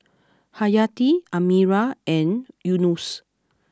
Hayati Amirah and Yunos